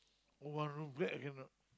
one room flat I cannot